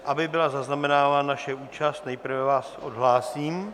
Aby byla zaznamenána naše účast, nejprve vás odhlásím.